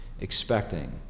expecting